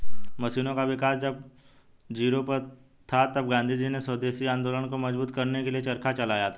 मशीनों का विकास जब जोरों पर था तब गाँधीजी ने स्वदेशी आंदोलन को मजबूत करने के लिए चरखा चलाया था